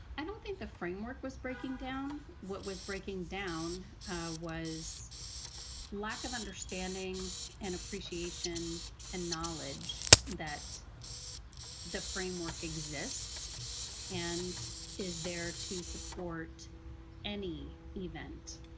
i don't think the framework was breaking down. what was breaking down was lack of understanding and appreciation and knowledge that the framework exists and is there to support any event